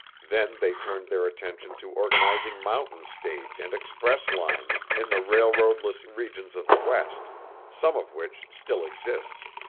then they turned their attention to organizing mountain stage and express lines in the railroadless regions of the west some of which still exist.